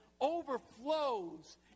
overflows